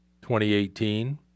2018